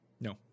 No